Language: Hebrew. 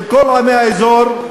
של כל עמי האזור,